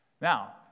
Now